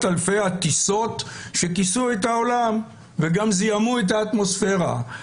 אלפי הטיסות שכיסו את העולם וגם זיהמו את האטמוספרה.